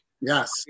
Yes